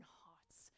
hearts